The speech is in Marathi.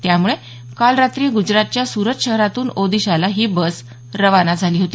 त्यामुळे काल रात्री गुजरातच्या सूरत शहरातून ओदिशाला ही बस रवाना झाली होती